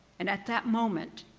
and at that moment,